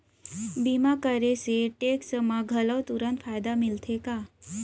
बीमा करे से टेक्स मा घलव तुरंत फायदा मिलथे का?